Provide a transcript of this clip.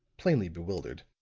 plainly bewildered.